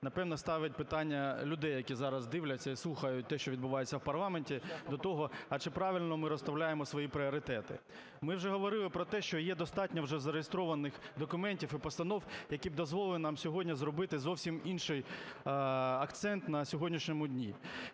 напевно, ставить питання людей, які зараз дивляться і слухають те, що відбувається в парламенті, до того, а чи правильно ми розставляємо свої пріоритети. Ми вже говорили про те, що є достатньо вже зареєстрованих документів і постанов, які б дозволили нам сьогодні зробити зовсім інший акцент на сьогоднішньому дні.